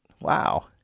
Wow